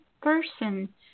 person